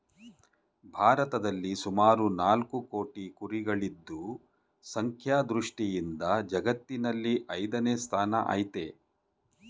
ಭಾರತದಲ್ಲಿ ಸುಮಾರು ನಾಲ್ಕು ಕೋಟಿ ಕುರಿಗಳಿದ್ದು ಸಂಖ್ಯಾ ದೃಷ್ಟಿಯಿಂದ ಜಗತ್ತಿನಲ್ಲಿ ಐದನೇ ಸ್ಥಾನ ಆಯ್ತೆ